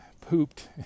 pooped